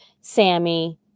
Sammy